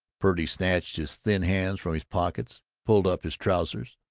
purdy snatched his thin hands from his pockets, pulled up his trousers,